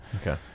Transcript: Okay